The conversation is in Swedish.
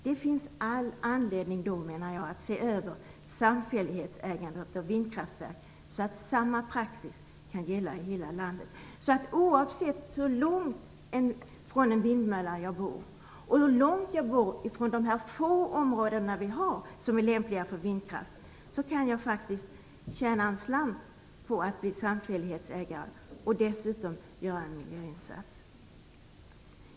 Det finns därför all anledning, menar jag, att se över samfällighetsägande och vindkraftverk så att samma praxis kan gälla i hela landet. Oavsett hur långt från en vindmölla jag bor eller hur långt från de få områden som är lämpliga för vindkraft jag bor, kan jag faktiskt tjäna en slant på att bli samfällighetsägare och dessutom göra en miljöinsats.